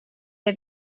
que